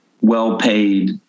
well-paid